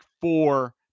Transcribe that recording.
four